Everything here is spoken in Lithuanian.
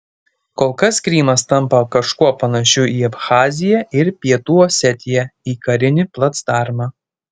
kol kas krymas tampa kažkuo panašiu į abchaziją ir pietų osetiją į karinį placdarmą